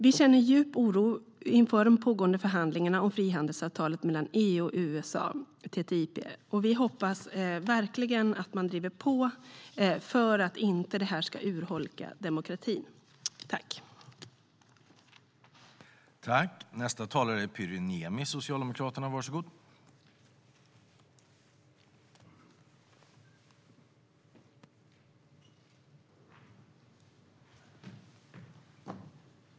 Vi känner djup oro inför de pågående förhandlingarna om frihandelsavtalet mellan EU och USA, TTIP. Vi hoppas verkligen att man driver på för att det här inte ska urholka demokratin.